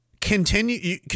Continue